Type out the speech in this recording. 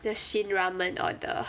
the shin ramen or the